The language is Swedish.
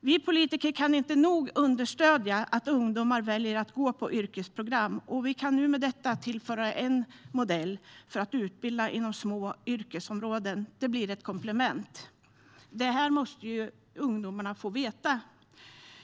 Vi politiker kan inte nog understödja att ungdomar väljer att gå på yrkesprogram, och vi kan nu med detta förslag tillföra en modell för att utbilda inom små yrkesområden. Det blir ett komplement. Det måste ungdomarna få veta.